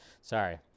Sorry